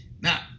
Now